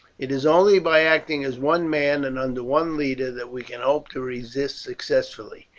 it is only by acting as one man and under one leader that we can hope to resist successfully.